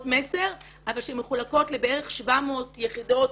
מסר אבל שמחולקות לבערך 700 יחידות,